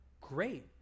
great